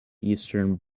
eastern